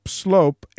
slope